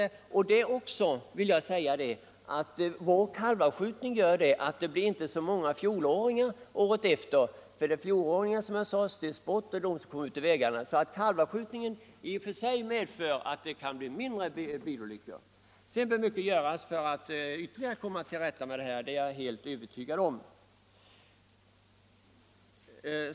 I det sammanhanget vill jag också säga att vår kalvavskjutning medför att vi inte har så många fjolårskalvar. Eftersom fjolårskalvarna stöts bort och därmed ofta kommer ut på vägarna kan vår kalvavskjutning i och för sig vara en orsak till att vi har färre älgolyckor i trafiken. För att komma till rätta med detta problem bör emellertid mer göras, det är jag helt övertygad om.